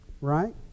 right